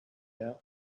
air